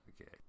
Okay